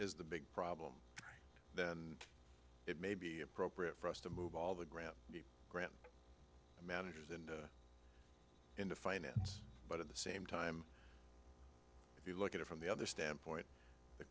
the big problem then it may be appropriate for us to move all the ground grant managers and into finance but at the same time if you look at it from the other standpoint the